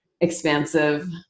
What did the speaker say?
expansive